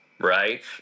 right